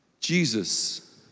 Jesus